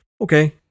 Okay